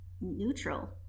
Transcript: neutral